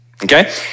Okay